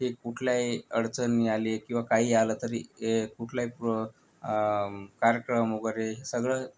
ते कुठल्याही अडचणी आले किंवा काही आलं तर ते ये कुठलाही प्र कार्यक्रम वगैरे हे सगळं